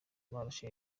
barashe